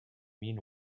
mean